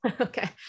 Okay